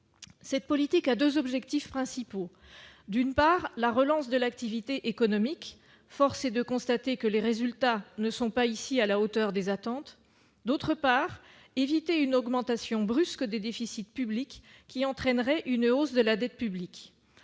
Cette politique a 2 objectifs principaux : d'une part, la relance de l'activité économique, force est de constater que les résultats ne sont pas ici, à la hauteur des attentes, d'autre part, éviter une augmentation brusque des déficits publics qui entraînerait une hausse de la dette publique